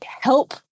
help